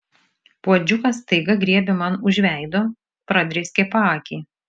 puodžiukas staiga griebė man už veido pradrėskė paakį